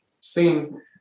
seen